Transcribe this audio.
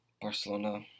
Barcelona